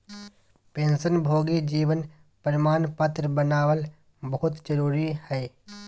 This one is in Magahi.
पेंशनभोगी जीवन प्रमाण पत्र बनाबल बहुत जरुरी हइ